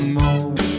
more